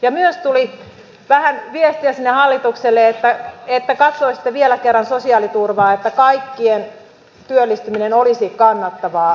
ja myös tuli vähän viestiä sinne hallitukselle että katsoisitte vielä kerran sosiaaliturvaa että kaikkien työllistyminen olisi kannattavaa